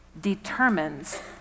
determines